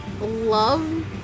love